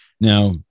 Now